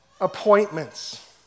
appointments